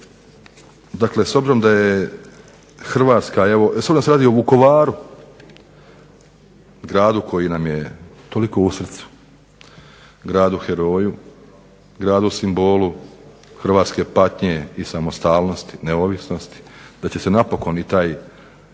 Dakle, s obzirom da je Hrvatska, s obzirom da se radi o Vukovaru, gradu koji nam je toliko u srcu, gradu heroju, gradu simbolu hrvatske patnje i samostalnosti, neovisnosti da će se napokon i taj